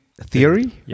theory